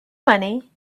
money